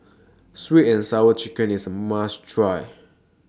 Sweet and Sour Chicken IS A must Try